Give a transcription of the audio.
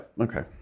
Okay